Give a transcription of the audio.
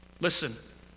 Listen